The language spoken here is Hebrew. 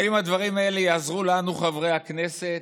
האם הדברים האלה יעזרו לנו, חברי הכנסת,